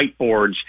whiteboards